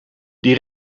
die